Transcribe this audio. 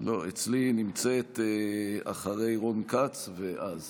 אצלי נמצאת אחרי רון כץ, ואז